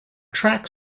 track